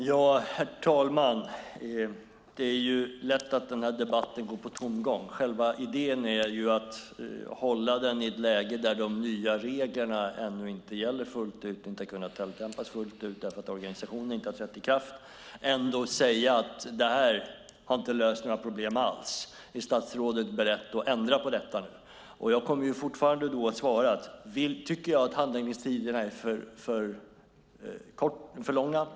Herr talman! Det är lätt att debatten går på tomgång. Själva idén är att hålla den i ett läge där de nya reglerna ännu inte gäller fullt ut och inte har kunnat tillämpas fullt ut därför att organisationen inte har trätt i kraft och ändå säga att det här inte har löst några problem alls och fråga om jag är beredd att ändra på detta. Tycker jag att handläggningstiderna är för långa?